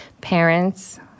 parents